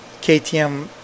KTM